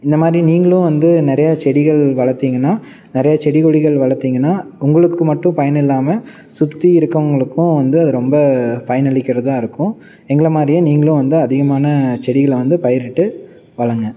இந்த மாதிரி நீங்களும் வந்து நிறைய செடிகள் வளர்த்திங்கன்னா நிறைய செடி கொடிகள் வளர்த்திங்கன்னா உங்களுக்கு மட்டும் பயனில்லாமல் சுற்றி இருக்கறவங்களுக்கும் வந்து ரொம்ப பயனளிக்கிறதாக இருக்கும் எங்களை மாதிரியே நீங்களும் வந்து அதிகமான செடிகள் வந்து பயிரிட்டு வளர்ங்க